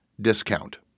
discount